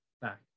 back